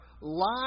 lie